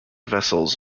vessels